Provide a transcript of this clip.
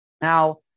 Now